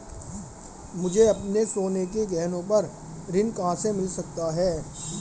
मुझे अपने सोने के गहनों पर ऋण कहां से मिल सकता है?